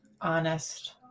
honest